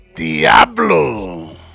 Diablo